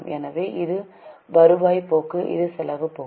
எனவே இது வருவாய் போக்கு இது செலவு போக்கு